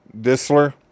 Disler